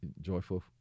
joyful